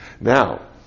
Now